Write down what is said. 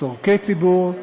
צורכי ציבור,